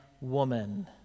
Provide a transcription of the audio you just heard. woman